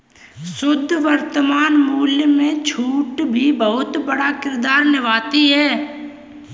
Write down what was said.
शुद्ध वर्तमान मूल्य में छूट भी बहुत बड़ा किरदार निभाती है